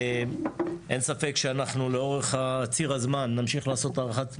אין ספק שאנחנו לאורך ציר הזמן נמשיך לעשות הערכת מצב,